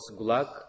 Gulag